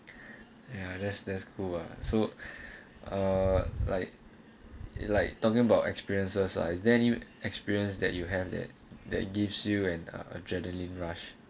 ya that's that's cool ah so uh like it's like talking about experiences lah is there any experience that you have that that gives you an adrenaline rush